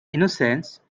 innocence